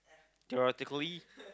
theoretically